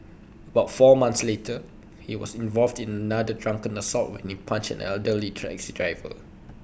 about four months later he was involved in another drunken assault when he punched an elderly taxi driver